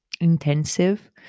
intensive